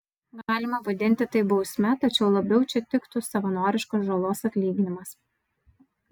galima vadinti tai bausme tačiau labiau čia tiktų savanoriškas žalos atlyginimas